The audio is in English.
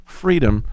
freedom